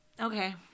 okay